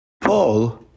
Paul